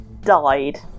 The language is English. died